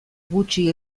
gutxi